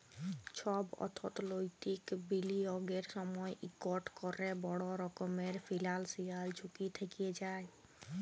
ছব অথ্থলৈতিক বিলিয়গের সময় ইকট ক্যরে বড় রকমের ফিল্যালসিয়াল ঝুঁকি থ্যাকে যায়